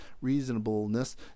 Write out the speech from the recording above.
reasonableness